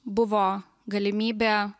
buvo galimybė